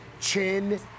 Chin